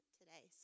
today